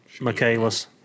Michaelis